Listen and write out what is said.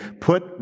put